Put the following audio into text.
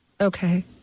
Okay